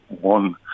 one